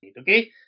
Okay